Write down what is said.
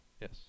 Yes